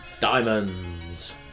Diamonds